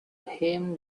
him